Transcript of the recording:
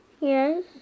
Yes